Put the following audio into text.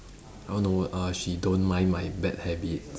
I want to err she don't mind my bad habits